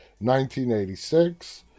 1986